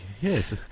Yes